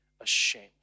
ashamed